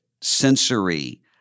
sensory